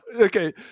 okay